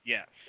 Yes